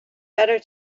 better